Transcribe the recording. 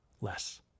less